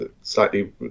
slightly